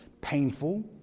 painful